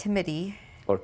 committee or